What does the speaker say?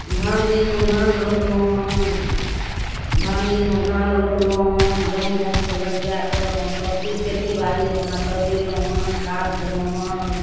धान दिनमे धान रोपलहुँ हँ धान दिनमे धान रोपलहुँ हँ जनवनसँ लगवाके अपन सबचीज अपन खेतीबाड़ी अपना करबेलहुँ हँ खाद देलहुँ हँ